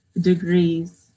degrees